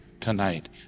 tonight